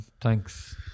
Thanks